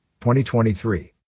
2023